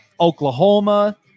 Oklahoma